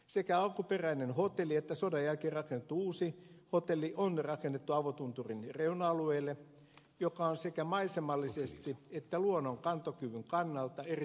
sekä alkuperäinen hotelli että sodan jälkeen rakennettu uusi hotelli on rakennettu avotunturin reuna alueelle joka on sekä maisemallisesti että luonnon kantokyvyn kannalta erittäin herkkää aluetta